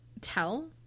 tell